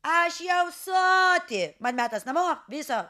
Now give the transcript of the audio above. aš jau soti man metas namo viso